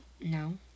no